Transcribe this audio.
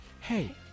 hey